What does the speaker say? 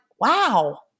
wow